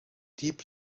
deep